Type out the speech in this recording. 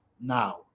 now